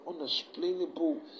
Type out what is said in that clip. unexplainable